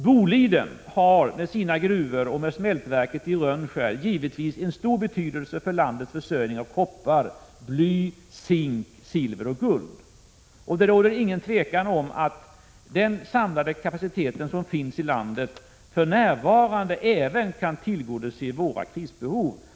Boliden har med sina gruvor och med smältverket i Rönnskär givetvis en stor betydelse för landets försörjning av koppar, bly, zink, silver och guld. Det råder inget tvivel om att den samlade kapacitet som finns i landet för närvarande även kan tillgodose våra krisbehov.